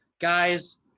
Guys